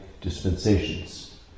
dispensations